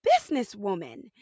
businesswoman